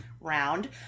round